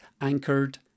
anchored